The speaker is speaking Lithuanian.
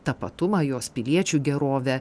tapatumą jos piliečių gerovę